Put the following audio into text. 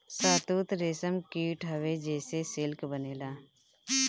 शहतूत रेशम कीट हवे जेसे सिल्क बनेला